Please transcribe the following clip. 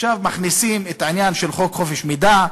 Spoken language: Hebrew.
עכשיו מכניסים את העניין של חוק חופש המידע,